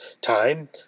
time